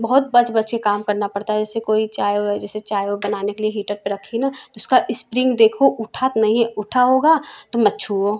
बहुत बच बच के काम करना पड़ता है जैसे कोई चाय वाय जैसे चाय वाय बनने के लिए हीटर पे रखी ना तो उसका एस्प्रिंग देखो उठा तो नहीं है उठा होगा तो मत छूओ